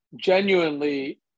Genuinely